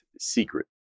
Secret